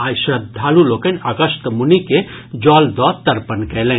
आइ श्रद्धालु लोकनि अगस्त्य मुनि के जल दऽ तर्पण कयलनि